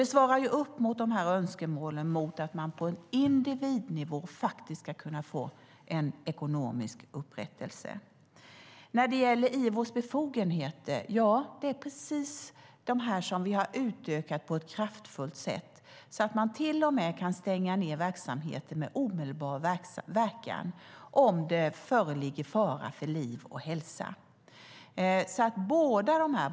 Det svarar upp mot önskemålen att man på individnivå ska kunna få ekonomisk upprättelse. När det gäller Ivos befogenheter har vi utökat dem på ett kraftfullt sätt. Man kan till och med stänga ned verksamheter med omedelbar verkan om det föreligger fara för liv och hälsa.